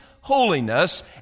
holiness